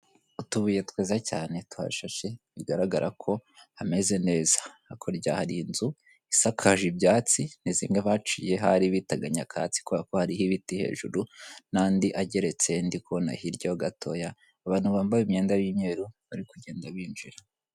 Utubuye twiza cyane tuhashashe, bigaragara ko hameze neza. Hakurya hari inzu isakaje ibyatsi, ni zimwe baciye ahari bitaga nyakatsi kubara ko hariho ibiti hejuru n'andi ageretse ndi kubona hirya gatoya, abantu bambaye imyenda y'imyeru bari kugenda binjira.